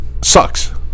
sucks